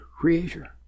creator